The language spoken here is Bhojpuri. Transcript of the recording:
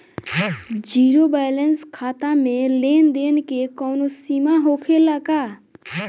जीरो बैलेंस खाता में लेन देन के कवनो सीमा होखे ला का?